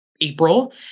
April